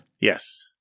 Yes